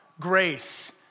grace